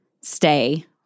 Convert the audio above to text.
stay